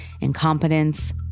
incompetence